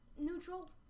Neutral